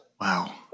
wow